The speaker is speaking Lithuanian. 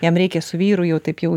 jam reikia su vyru jau taip jau